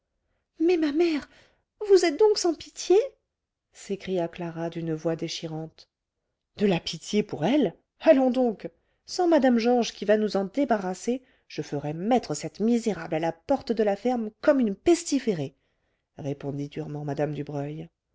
mais ma mère vous êtes donc sans pitié s'écria clara d'une voix déchirante de la pitié pour elle allons donc sans mme georges qui va nous en débarrasser je ferais mettre cette misérable à la porte de la ferme comme une pestiférée répondit durement mme dubreuil